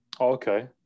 okay